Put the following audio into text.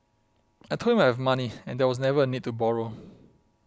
I told him I have money and there was never a need to borrow